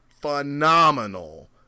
phenomenal